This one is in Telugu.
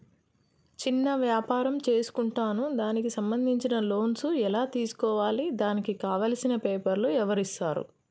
చిన్న వ్యాపారం చేసుకుంటాను దానికి సంబంధించిన లోన్స్ ఎలా తెలుసుకోవాలి దానికి కావాల్సిన పేపర్లు ఎవరిస్తారు?